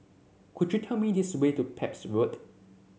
could you tell me this way to Pepys Road